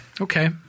Okay